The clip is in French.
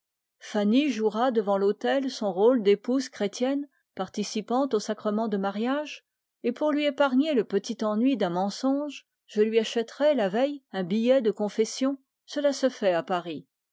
fanny jouera devant l'autel son rôle d'épouse chrétienne participant au sacrement de mariage et pour lui épargner le petit ennui d'un mensonge je lui achèterai la veille un billet de confession cela se fait à paris